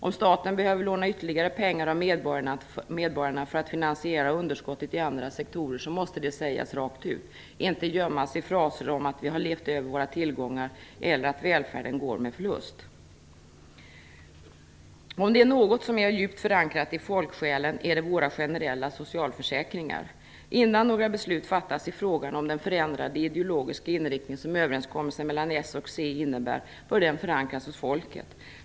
Om staten behöver låna ytterligare pengar av medborgarna för att finansiera underskottet i andra sektorer måste det sägas rakt ut, inte gömmas i fraser om att vi har levt över våra tillgångar eller att välfärden går med förlust. Om det är något som är djupt förankrat i folksjälen är det våra generella socialförsäkringar. Innan några beslut fattas i frågan om den förändrade ideologiska inriktning som överenskommelsen mellan Socialdemokraterna och Centerpartiet innebär bör den förankras hos folket.